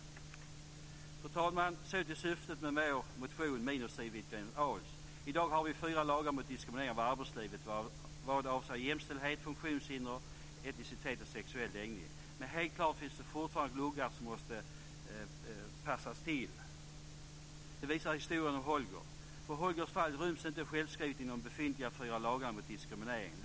Fru talman! Så till syftet med min och Siw Wittgren-Ahls motion. I dag har vi fyra lagar mot diskriminering i arbetslivet vad avser jämställdhet, funktionshinder, etnicitet och sexuell läggning. Men helt klart finns det fortfarande gluggar som måste passas till. Det visar historien om Holger. För Holgers fall ryms inte självskrivet inom de befintliga fyra lagarna mot diskriminering.